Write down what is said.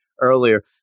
earlier